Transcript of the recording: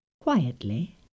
quietly